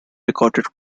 recorded